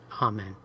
Amen